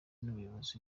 n’ubuyobozi